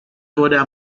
coda